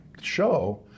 show